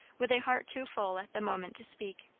with a heart too full at the moment to speak.